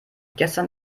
gestern